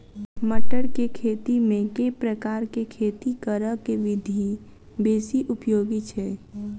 मटर केँ खेती मे केँ प्रकार केँ खेती करऽ केँ विधि बेसी उपयोगी छै?